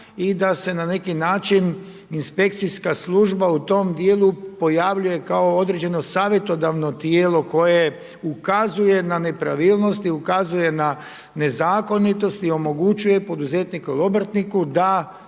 i da se na neki način inspekcijska služba u tom dijelu pojavljuje kao određeno savjetodavno tijelo koje ukazuje na nepravilnosti, ukazuje na nezakonitosti, omogućuje poduzetniku ili obrtniku da